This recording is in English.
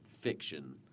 fiction